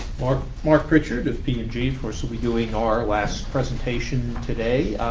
marc, marc pritchard of p and g, of course, will be doing our last presentation today.